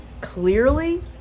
clearly